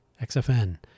XFN